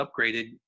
upgraded